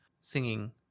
singing